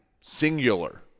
Singular